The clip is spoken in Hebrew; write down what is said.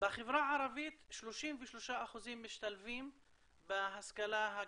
בחברה הערבית 33% משתלבים בהשכלה הגבוהה.